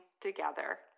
together